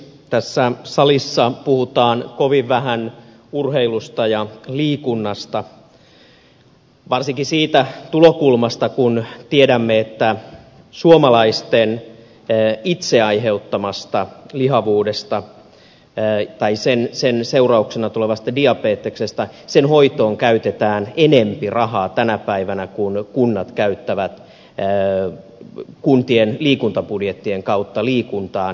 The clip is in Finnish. tässä salissa puhutaan kovin vähän urheilusta ja liikunnasta varsinkin siitä tulokulmasta kun tiedämme että suomalaisten itse aiheuttaman lihavuuden tai sen seurauksena tulevan diabeteksen hoitoon käytetään enemmän rahaa tänä päivänä kuin kunnat käyttävät kuntien liikuntabudjettien kautta liikuntaan